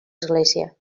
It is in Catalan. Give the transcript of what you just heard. església